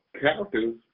characters